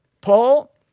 Paul